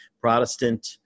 Protestant